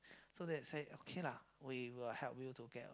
so they say okay lah we will help you to get